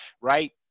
right